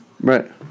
Right